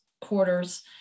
quarters